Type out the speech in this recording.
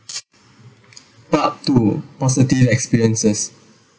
part two positive experiences